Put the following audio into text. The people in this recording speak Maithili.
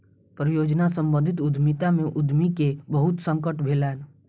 परियोजना सम्बंधित उद्यमिता में उद्यमी के बहुत संकट भेलैन